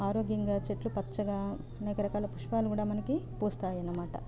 ఆరోగ్యంగా చెట్లు పచ్చగా అనేకరకాల పుష్పాలు కూడా మనకి పూస్తాయి అన్నమాట